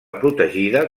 protegida